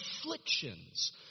afflictions